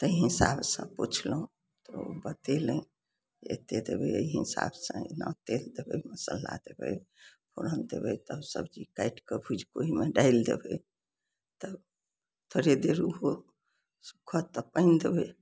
ताहि हिसाबसँ पुछलहुँ तऽ ओ बतेलनि जे एत्ते देबय अइ हिसाबसँ अहिना तेल देबय मसल्ला देबय फोरन देबय तऽ सब चीज काटि कए भुजिकऽ ओहिमे डालि देबय तऽ थोड़े देरी होउक सुक्खत तऽ पानि देबय